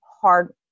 hard